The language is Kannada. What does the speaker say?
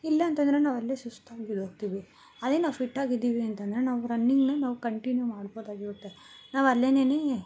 ಇಲ್ಲಾಂತಂದರೆ ನಾವಲ್ಲೇ ಸುಸ್ತಾಗಿ ಬಿದ್ದೋಗ್ತೀವಿ ಅದೇ ನಾವು ಫಿಟ್ಟಾಗಿದ್ದೀವಿ ಅಂತಂದರೆ ನಾವು ರನ್ನಿಂಗನ್ನ ನಾವು ಕಂಟಿನ್ಯೂ ಮಾಡ್ಬೋದಾಗಿರತ್ತೆ ನಾವು ಅಲ್ಲೇನೇ